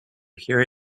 hear